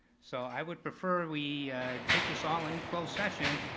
so i would prefer we take this all in closed session,